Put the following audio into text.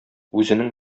үзенең